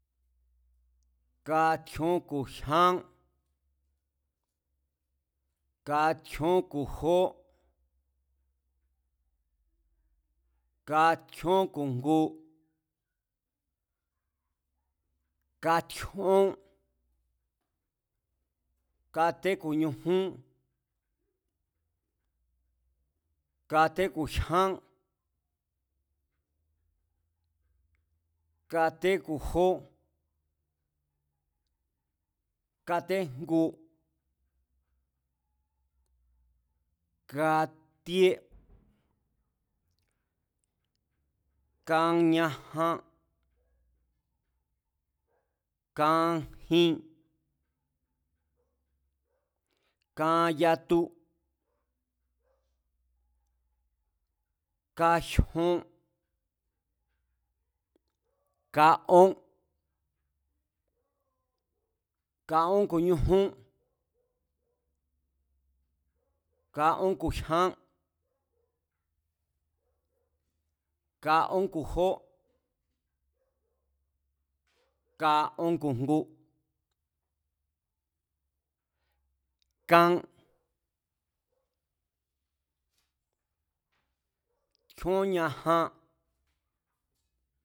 Katjíón ku̱ jyá, katjíón ku̱ jó, katjíón ku̱jngu, katjíón, katje ku̱ ñujún, katé ku̱ jyán, katé ku̱ ñujún, kate ku̱ jyán, kate ku̱ jó, katé ku̱ jngu, katíé, kan ñájan, kan jin, kan yatu, kan jyon, kan ón, kaón ku̱ ñujún, kaón ku̱ jyán, kaón ku̱ jó, kaón ku̱ jngu, kan, tjíón ñajan